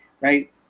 right